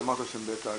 אמרת שהם בתהליך.